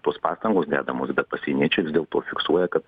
tos pastangos dedamos bet pasieniečiai vis dėlto fiksuoja kad